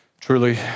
truly